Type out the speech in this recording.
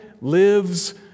lives